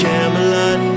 Camelot